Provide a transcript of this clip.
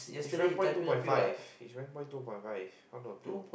his rank point two point five his rank point two point five how to appeal